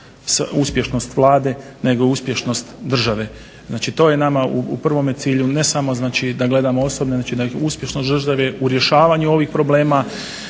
uspješnost Vlade nego uspješnost države. Znači to je nama u prvome cilju, ne samo znači da gledamo osobne …/Ne razumije se./… u rješavanju ovih problema,